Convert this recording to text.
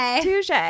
Touche